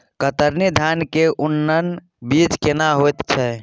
कतरनी धान के उन्नत बीज केना होयत छै?